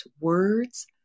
words